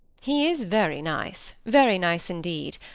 he is very nice very nice indeed.